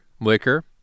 liquor